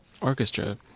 orchestra